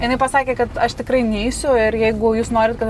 jinai pasakė kad aš tikrai neisiu ir jeigu jūs norit kad